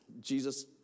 Jesus